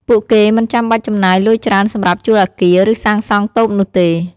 ពួកគេមិនចាំបាច់ចំណាយលុយច្រើនសម្រាប់ជួលអគារ ឬសាងសង់តូបនោះទេ។